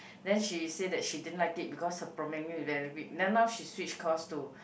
then she says that she didn't like it because her then now she switched course to